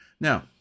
Now